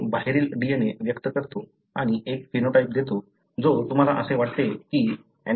तो बाहेरील DNA व्यक्त करतो आणि एक फिनोटाइप देतो जो तुम्हाला असे वाटते कीऍनिमलंने विकसित करायचा आहे